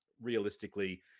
realistically